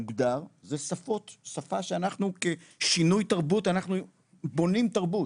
מוגדר זה שפה שאנחנו כשינוי תרבות אנחנו בונים תרבות,